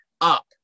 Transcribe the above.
up